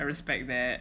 I respect that